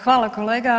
Hvala, kolega.